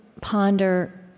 ponder